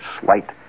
slight